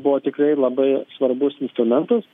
buvo tikrai labai svarbus instrumentas